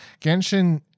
Genshin